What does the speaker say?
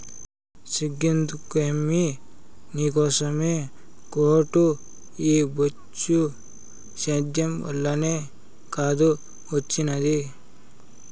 సిగ్గెందుకమ్మీ నీకోసమే కోటు ఈ బొచ్చు సేద్యం వల్లనే కాదూ ఒచ్చినాది